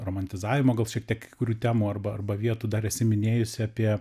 romantizavimo gal šiek tiek kai kurių temų arba arba vietų dar esi minėjusi apie